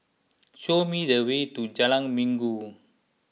show me the way to Jalan Minggu